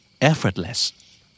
effortless